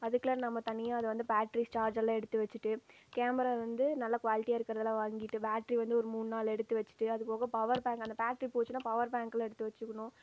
அதுக்கெலாம் நம்ம தனியாக அதை வந்து பேட்டரி சார்ஜ்லாம் எடுத்து வைச்சிட்டு கேமரா வந்து நல்லா குவாலிட்டியாக இருக்கிறதுலாம் வாங்கிட்டு பேட்டரி வந்து ஒரு மூணு நாலு எடுத்து வைச்சிட்டு அது போக பவர் பேங்க் அந்த பேட்ரி போச்சுன்னா பவர் பேங்க்லாம் எடுத்து வச்சிக்கணும்